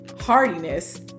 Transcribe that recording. hardiness